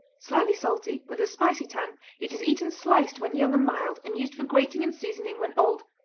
slightly salty, with a spicy tang, it is eaten sliced when young and mild and used for grating and seasoning when old,